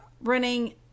running